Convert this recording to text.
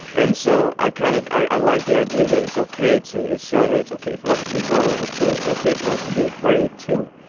and so i kind of i like the idea that it's ok to it's showing that it's ok for us to be vulnerable, too. it's ok for us to be afraid, too.